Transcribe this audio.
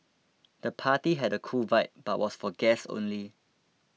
the party had a cool vibe but was for guests only